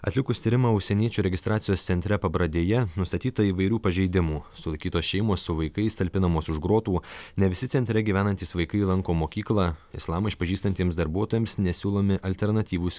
atlikus tyrimą užsieniečių registracijos centre pabradėje nustatyta įvairių pažeidimų sulaikytos šeimos su vaikais talpinamos už grotų ne visi centre gyvenantys vaikai lanko mokyklą islamą išpažįstantiems darbuotojams nesiūlomi alternatyvūs